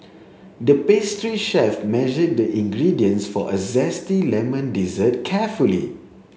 the pastry chef measured the ingredients for a zesty lemon dessert carefully